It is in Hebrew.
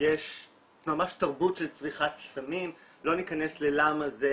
יש ממש תרבות של צריכת סמים, לא ניכנס ללמה זה,